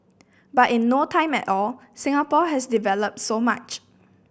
but in no time at all Singapore has developed so much